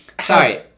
Sorry